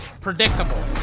predictable